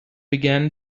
began